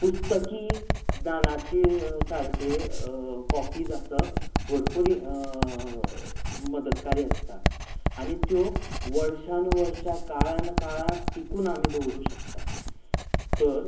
पुस्तकी ज्ञानाच्यो सारक्यो कॉपीज आसप भरपूर मदतकारी आसता आनी त्यो वर्सांत वर्सां काळांत काळ टिकून आमीं दवरूंक शकतात तर